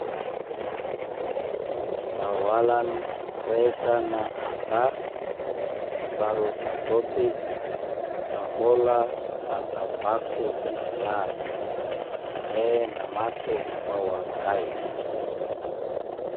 Tawalan resan a ata, baru tatotik, tafola ata paku i sate le namasuk wawa kai ra